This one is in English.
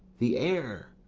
the air,